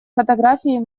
фотографии